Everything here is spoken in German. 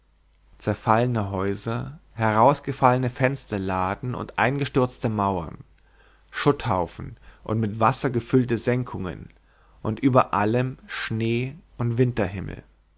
zerfallene häuser herausgefallene fensterladen und eingestürzte mauern schutthaufen und mit wasser gefüllte senkungen und über allem schnee und